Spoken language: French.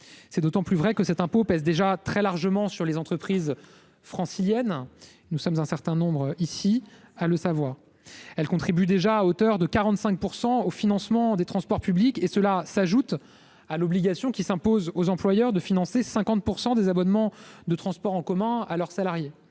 C'est d'autant plus vrai que cet impôt pèse déjà très largement sur les entreprises franciliennes- nous sommes un certain nombre dans cette enceinte à le savoir. Celles-ci contribuent à hauteur de 45 % au financement des transports publics, sans compter l'obligation pour les employeurs de financer 50 % des abonnements de transports en commun de leurs salariés.